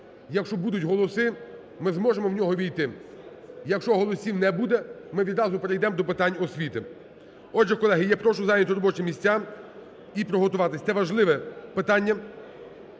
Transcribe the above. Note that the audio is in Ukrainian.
якщо будуть голоси, ми зможемо у нього увійти, якщо голосів не буде, ми відразу перейдемо до питань освіти. Отже, колеги, я прошу зайняти робочі місця і приготуватись, це важливе питання,